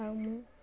ଆଉ ମୁଁ